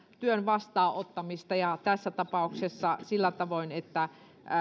työn vastaanottamista tässä tapauksessa sillä tavoin että